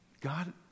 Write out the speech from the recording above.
God